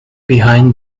behind